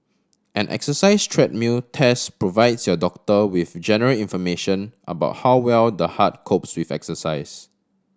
an exercise treadmill test provides your doctor with general information about how well the heart copes with exercise